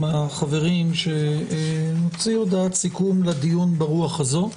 החברים שנוציא הודעת סיכום לדיון ברוח הזו.